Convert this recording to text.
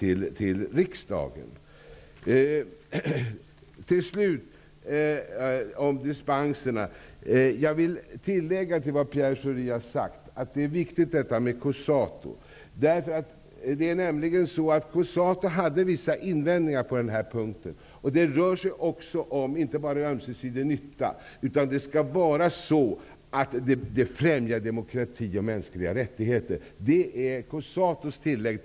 Avslutningsvis vill jag ta upp frågan om dispenser. Jag vill tillägga till vad Pierre Schori har sagt att det är viktigt med Cosatu. Cosatu hade vissa invändningar på den här punkten. Det är inte bara fråga om ömsesidig nytta, utan demokrati och mänskliga rättigheter skall främjas. Detta är Cosatus tillägg.